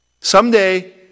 Someday